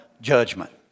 judgment